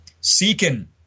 seeking